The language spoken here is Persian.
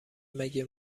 مگه